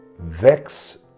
Vex